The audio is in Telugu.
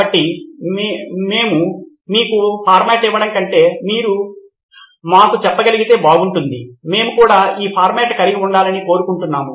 కాబట్టి మేము మీకు ఫార్మాట్ ఇవ్వడం కంటే ఎక్కువ మీరు మాకు చెప్పగలిగితే బాగుంటుంది మేము కూడా ఈ ఫార్మాట్ కలిగి ఉండాలని కోరుకుంటున్నాము